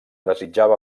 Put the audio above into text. desitjava